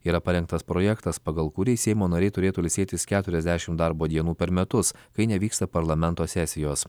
yra parengtas projektas pagal kurį seimo nariai turėtų ilsėtis keturiasdešimt darbo dienų per metus kai nevyksta parlamento sesijos